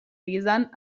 lesern